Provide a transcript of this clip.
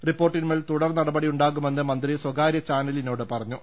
റിപ്പോർട്ടി ന്മേൽ തുടർ നടപടി ഉണ്ടാകുമെന്ന് മന്ത്രി സ്വകാര്യ ചാനലിനോട് പറഞ്ഞു